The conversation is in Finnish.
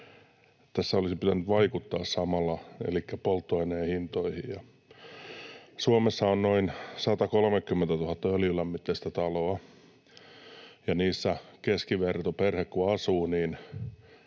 tässä olisi pitänyt vaikuttaa samalla, elikkä polttoaineen hintoihin. Suomessa on noin 130 000 öljylämmitteistä taloa, ja niissä keskivertoperhe kun asuu,